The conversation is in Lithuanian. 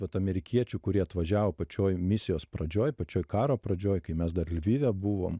vat amerikiečių kurie atvažiavo pačioj misijos pradžioj pačioj karo pradžioj kai mes dar lvive buvom